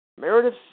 Meredith